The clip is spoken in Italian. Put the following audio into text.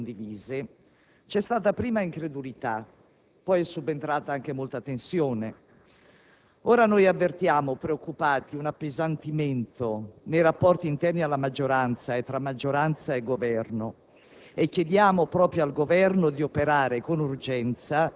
Poi, di fronte a scelte a volte non comprese, né condivise, c'è stata prima incredulità, poi è subentrata anche molta tensione. Ora avvertiamo preoccupati un appesantimento nei rapporti interni alla maggioranza e fra maggioranza e Governo